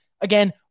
again